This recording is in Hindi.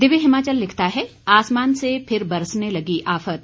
दिव्य हिमाचल लिखता है आसमान से फिर बरसने लगी आफत